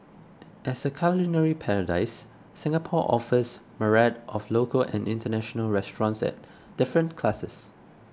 as a culinary paradise Singapore offers myriad of local and international restaurants at different classes